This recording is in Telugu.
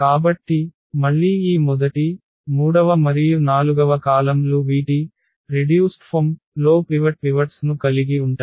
కాబట్టి మళ్ళీ ఈ మొదటి మూడవ మరియు నాలుగవ కాలమ్ లు వీటి తగ్గిన రూపం లో పివట్స్ ను కలిగి ఉంటాయి